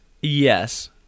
Yes